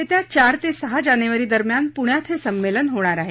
येत्या चार ते सहा जानेवारी दरम्यान पुण्यात हे संमेलन होणार आहे